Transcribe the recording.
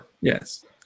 Yes